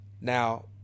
Now